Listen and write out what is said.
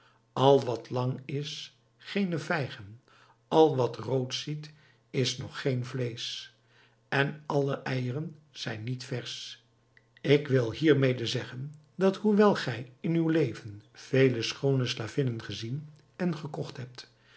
al wat lang is geene vijgen al wat rood ziet is nog geen vleesch en alle eijeren zijn niet versch ik wil hiermede zeggen dat hoewel gij in uw leven vele schoone slavinnen gezien en gekocht hebt